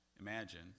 imagine